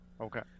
Okay